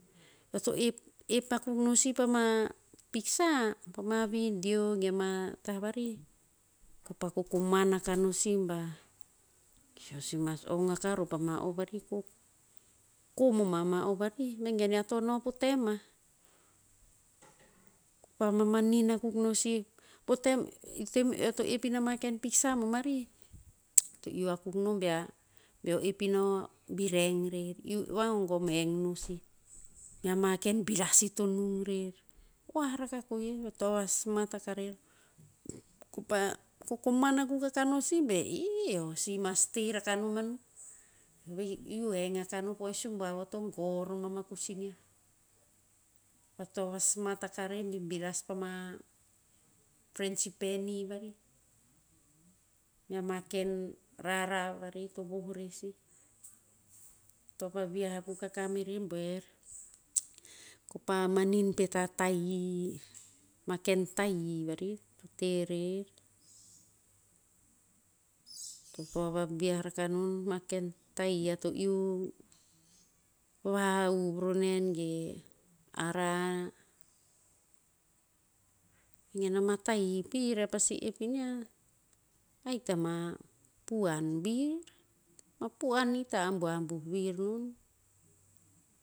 Eo to iu ep- ep akuk no si pama piksa, pama video ge ama tah varih. Kopah kokoman akah no si bah, eo si mas ong aka roh pama o varih ko kom o ama o varih vegen ea to no pom tem mah? Ko pah mamanin akuk no sih. Po tem eo to ep ina ma ken piksa bomarih, to eo to iu akuk no bea, beo ep ino, bi heng rer. Iu vagogom heng no sih. Me ama ken biras ito nung rer. Oah raka koheh va toa va smat akah rer. Ko pah, kokoman akuk aka no si be, ih eo si mas te rakah no manuh. Eo ve to iu heng akah no po o voh e subuav to gor non ama kosin niah. Pa toa va smat akah rer bi biras pama prangipani varih. Mea ma ken rarav arih to voh rer sih. Toa vaviah akuk akah me rebuer. Ko pah manin pet a tahi, ma ken tahi vari ito te rer. To toa vaviah rakah non. Ma ken tahi ea to iu vahuv ro nen ge ara. I gen ama tahi pir ea pasi ep iniah, ahik tama, puhan vir. Ma puhan ta abuabuh vir non.